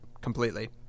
completely